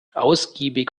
ausgiebig